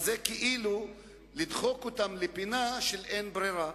זה כאילו לדחוק אותם לפינה של אין ברירה.